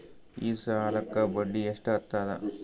ಈ ಸಾಲಕ್ಕ ಬಡ್ಡಿ ಎಷ್ಟ ಹತ್ತದ?